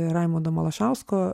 raimundo malašausko